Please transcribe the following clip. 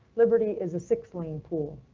liberty is a six lane pool.